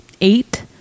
eight